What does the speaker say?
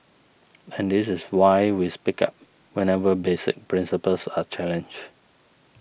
and this is why we speak up whenever basic principles are challenged